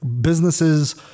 businesses